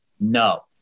no